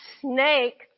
snake